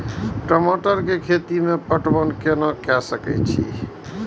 टमाटर कै खैती में पटवन कैना क सके छी?